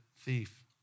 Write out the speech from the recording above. thief